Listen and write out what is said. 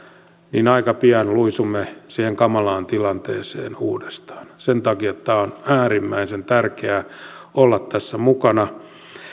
niin aika pian luisumme siihen kamalaan tilanteeseen uudestaan sen takia on äärimmäisen tärkeää olla tässä mukana